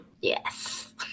yes